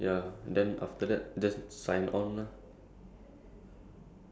what's this thing called like N uh N_S I'm really hoping to go to S_C_D_F_